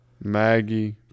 Maggie